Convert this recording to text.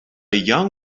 young